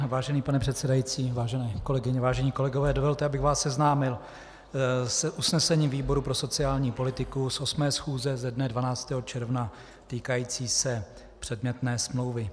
Vážený pane předsedající, vážené kolegyně, vážení kolegové, dovolte, abych vás seznámil s usnesením výboru pro sociální politiku z 8. schůze ze dne 12. června týkajícím se předmětné smlouvy.